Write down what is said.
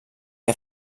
que